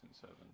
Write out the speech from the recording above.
seven